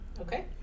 Okay